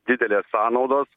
didelės sąnaudos